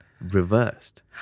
reversed